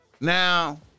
Now